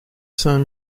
cinq